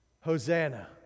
Hosanna